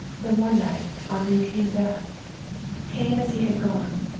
then one night henri came back came as he had gone,